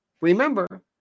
remember